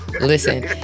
Listen